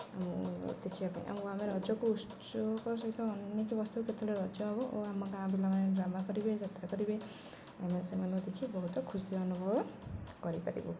ଆମକୁ ଦେଖିବା ପାଇଁ ଆଉ ଆମେ ରଜକୁ ଉତ୍ସୁକ ସହିତ ଅନେକ ବସିଥାଉ କେତେବେଳେ ରଜ ହବ ଓ ଆମ ଗାଁ ପିଲାମାନେ ଡ୍ରାମା କରିବେ ଯାତ୍ରା କରିବେ ଆମେ ସେମାନଙ୍କୁ ଦେଖି ବହୁତ ଖୁସି ଅନୁଭବ କରିପାରିବୁ